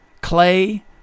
Clay